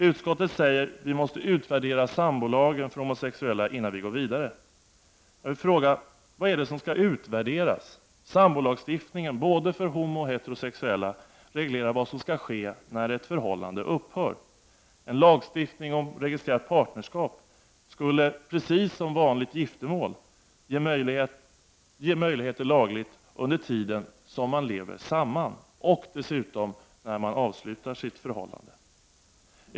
Utskottet säger: Vi måste utvärdera sambolagen för homosexuella innan vi går vidare. Jag vill fråga: Vad är det som skall utvärderas? Sambolagstiftningen, både för homooch heterosexuella, reglerar vad som skall ske när ett förhållande upphör. Lagstiftningen om registrerat partnerskap skulle precis som vanligt giftermål ge möjlighet till laglig registrering under den tid då man lever samman och dessutom reglera vad som skall ske ifall förhållandet avslutas.